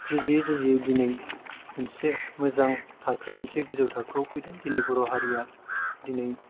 जुजियै जुजियै दिनै मोनसे मोजां थाखो मोनसे गोजौ थाखोयाव फैदों दिनै बर' हारिया दिनै